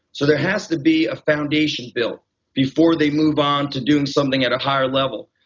so there has to be a foundation built before they move on to doing something at a higher level.